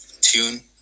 tune